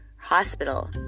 hospital